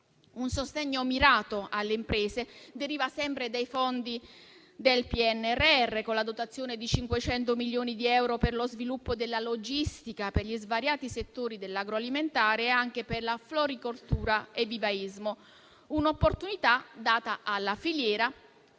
Un sostegno mirato alle imprese deriva sempre dai fondi del PNRR, con la dotazione di 500 milioni di euro per lo sviluppo della logistica per gli svariati settori dell'agroalimentare e anche per la floricoltura e il vivaismo, un'opportunità data alla filiera